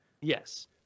Yes